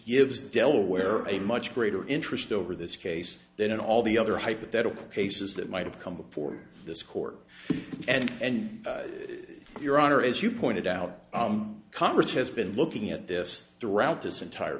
gives delaware a much greater interest over this case than all the other hypothetical cases that might have come before this court and your honor as you pointed out congress has been looking at this throughout this entire